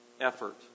effort